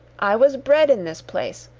i was bred in this place.